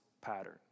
pattern